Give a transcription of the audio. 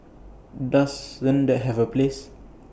doesn't that have A place